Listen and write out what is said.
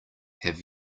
have